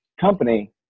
company